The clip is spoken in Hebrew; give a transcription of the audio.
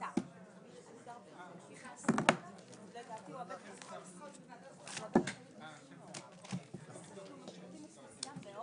14:11.